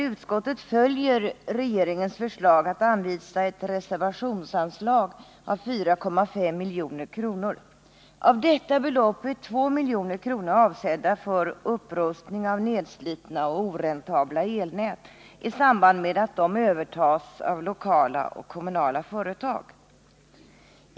Utskottet följer regeringens förslag att anvisa ett reservationsanslag av 4.5 milj.kr. Av detta belopp är 2 milj.kr. avsedda för upprustning av nedslitna och oräntabla elnät i samband med att de övertas av lokala och kommunala företag.